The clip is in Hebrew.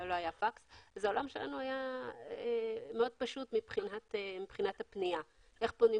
פקס, ואז איך פנו למשרד ממשלתי?